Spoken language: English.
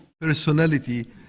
personality